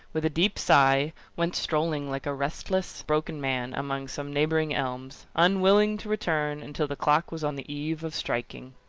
with a deep sigh, went strolling like a restless, broken man, among some neighbouring elms unwilling to return until the clock was on the eve of striking.